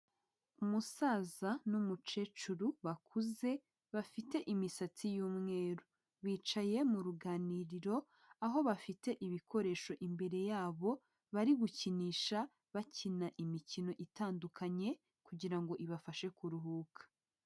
Umusaza n'umucecuru bakuze bafite imisatsi y'umweru, bicaye mu ruganiriro aho bafite ibikoresho imbere yabo bari gukinisha bakina imikino itandukanye kugirango ibafashe kuruhuka.